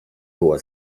była